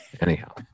anyhow